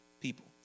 people